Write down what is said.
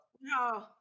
no